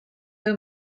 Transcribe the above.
who